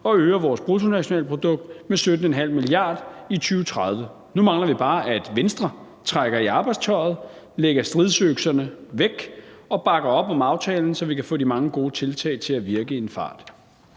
og øger vores bruttonationalprodukt med 17,5 mia. kr. i 2030. Nu mangler vi bare, at Venstre trækker i arbejdstøjet, lægger stridsøksen væk og bakker op om aftalen, så vi kan få de mange gode tiltag til at virke i en fart.